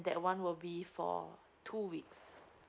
that one will be for two weeks